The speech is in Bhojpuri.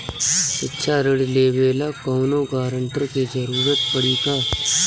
शिक्षा ऋण लेवेला कौनों गारंटर के जरुरत पड़ी का?